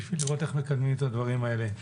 בשביל לראות איך מקדמים את הדברים האלה.